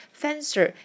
fencer